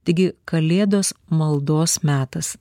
taigi kalėdos maldos metas